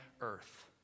Earth